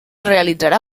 realitzarà